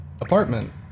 apartment